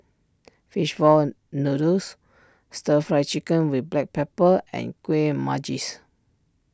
Fish Ball Noodles Stir Fry Chicken with Black Pepper and Kuih Manggis